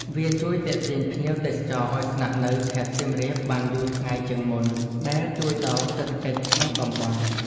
វាជួយទាក់ទាញភ្ញៀវទេសចរឱ្យស្នាក់នៅខេត្តសៀមរាបបានយូរថ្ងៃជាងមុន ដែលជួយដល់សេដ្ឋកិច្ចក្នុងតំបន់។